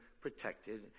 protected